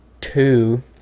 two